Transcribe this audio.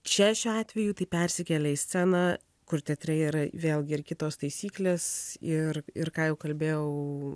čia šiuo atveju tai persikelia į sceną kur teatre yra vėlgi ir kitos taisyklės ir ir ką jau kalbėjau